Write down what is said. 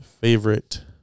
favorite